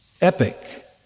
epic